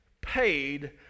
paid